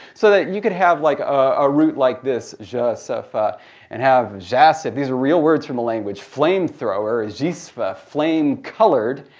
so that you could have like a root like this ja, su, so fe and have jaesif these are real words from the language flame thrower. jisfe, flame-colored.